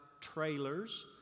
trailers